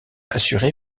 assuré